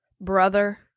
Brother